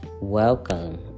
welcome